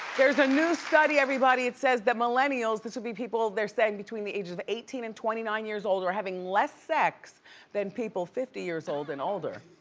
there's a new study everybody, it says that millennials, this would be people they're saying between the ages of eighteen and twenty nine years old, are having less sex then people fifty years old and older.